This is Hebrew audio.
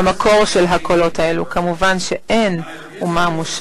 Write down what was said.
כל ההסדרים, לבו של העניין הוא הכרה במדינה יהודית